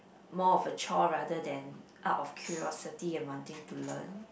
more of a chore rather than out of curiosity and wanting to learn